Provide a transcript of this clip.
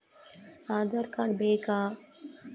Aadhaar card ಬೇಕಾ?